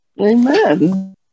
Amen